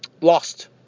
lost